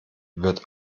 wird